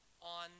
on